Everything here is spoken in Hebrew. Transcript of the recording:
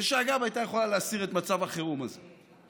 ושאגב, הייתה יכולה להסיר את מצב החירום הזה.